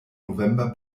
november